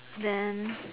then